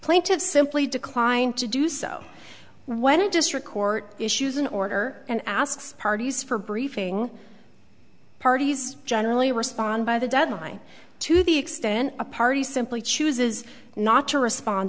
plaintiffs simply decline to do so when i just record issues an order and asks parties for briefing parties generally respond by the deadline to the extent a party simply chooses not to respond